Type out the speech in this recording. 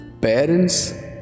parents